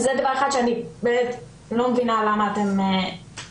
אז זה דבר אחד שאני באמת לא מבינה למה אתם מוחקים